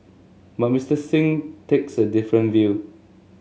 but Mister Singh takes a different view